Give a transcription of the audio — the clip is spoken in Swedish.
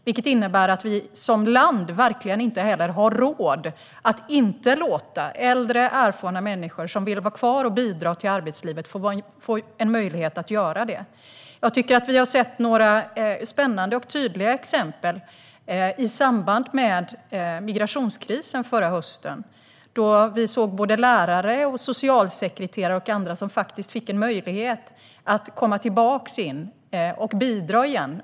Det innebär att vi som land verkligen inte heller har råd att inte låta äldre, erfarna människor som vill vara kvar och bidra till arbetslivet få en möjlighet att göra det. Jag tycker att vi har sett några spännande och tydliga exempel i samband med migrationskrisen förra hösten. Då såg vi såväl lärare som socialsekreterare och andra som faktiskt fick möjlighet att komma tillbaka in och återigen bidra.